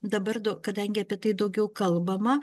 dabar daug kadangi apie tai daugiau kalbama